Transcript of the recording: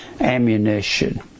ammunition